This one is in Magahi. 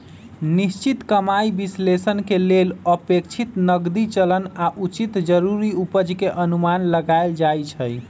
निश्चित कमाइ विश्लेषण के लेल अपेक्षित नकदी चलन आऽ उचित जरूरी उपज के अनुमान लगाएल जाइ छइ